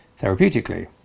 therapeutically